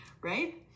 right